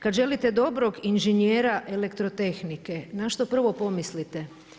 Kad želite dobrog inženjera elektrotehnike, na što prvo pomislite?